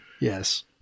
Yes